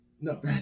No